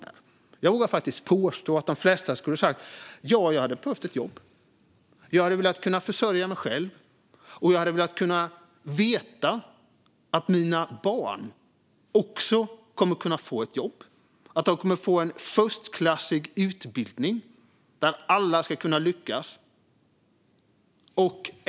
Jag vågar faktiskt påstå att de flesta i stället skulle ha sagt: Jag skulle behöva ett jobb, för jag vill försörja mig själv och veta att mina barn också kommer att få ett jobb och att de kommer att få en förstklassig utbildning där alla ska kunna lyckas.